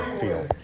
feel